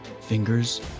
fingers